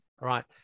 right